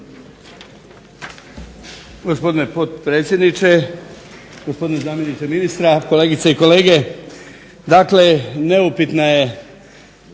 Hvala